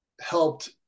helped